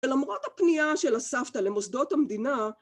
ולמרות הפנייה של הסבתא למוסדות המדינה,